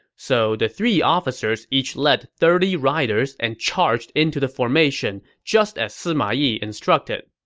so the three officers each led thirty riders and charged into the formation just as sima yi instructed.